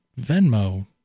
Venmo